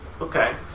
Okay